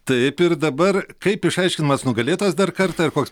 taip ir dabar kaip išaiškinamas nugalėtojas dar kartą ir koks